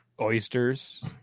Oysters